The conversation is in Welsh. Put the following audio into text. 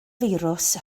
firws